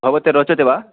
भवते रोचते वा